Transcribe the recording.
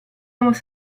hemos